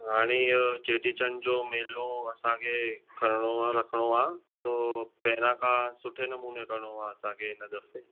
हाणे इयो चेटीचंड जो मेलो असांखे करणो आहे रखिणो आहे तो पहिरां खां सुठे नमूने करणो आहे असांखे हिन दफ़े